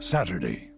Saturday